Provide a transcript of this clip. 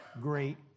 great